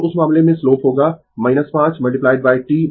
तो उस मामले में स्लोप होगा 5 T 4